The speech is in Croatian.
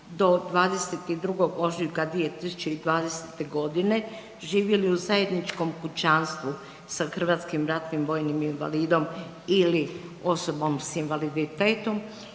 do 22. ožujka 2020. godine živjeli u zajedničkom kućanstvu sa hrvatskim ratnim vojnim invalidom ili osobom s invaliditetom